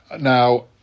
now